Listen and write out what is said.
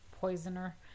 poisoner